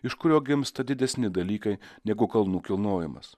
iš kurio gimsta didesni dalykai negu kalnų kilnojimas